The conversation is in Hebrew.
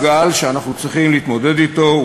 הוא גל שאנחנו צריכים להתמודד אתו,